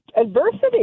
adversity